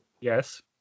Yes